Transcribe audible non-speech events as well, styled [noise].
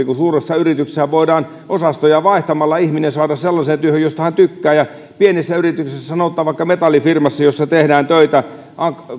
[unintelligible] kuin suuressa yrityksessä ja voidaan osastoja vaihtamalla ihminen saada sellaiseen työhön josta hän tykkää pienessä yrityksessä sanotaan vaikka metallifirmassa jossa tehdään töitä